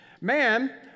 man